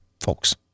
folks